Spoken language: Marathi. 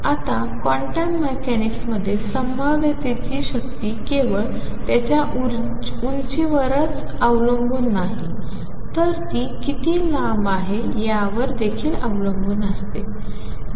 तर क्वांटम मेकॅनिक्समध्ये संभाव्यतेची शक्ती केवळ त्याच्या उंचीवरच अवलंबून नाही तर ती किती लांब आहे यावर देखील अवलंबून असते